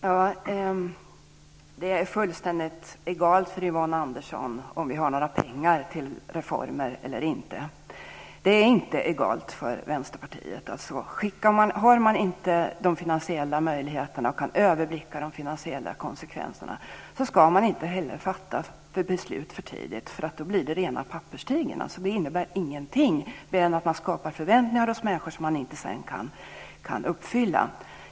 Herr talman! Det är fullständigt egalt för Yvonne Andersson om vi har några pengar till en reform eller inte. Det är inte egalt för Vänsterpartiet. Har man inte de finansiella möjligheterna och kan överblicka de finansiella konsekvenserna ska man inte heller fatta beslut för tidigt. Det blir rena papperstiger. Det innebär ingenting mer än att man skapar förväntningar hos människor som man sedan inte kan uppfylla.